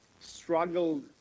struggled